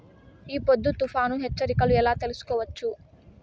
ఈ పొద్దు తుఫాను హెచ్చరికలు ఎలా తెలుసుకోవచ్చు?